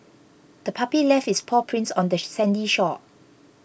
the puppy left its paw prints on the sandy shore